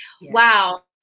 wow